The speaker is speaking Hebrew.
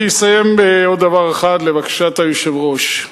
אני אסיים בעוד דבר אחד, לבקשת היושב-ראש,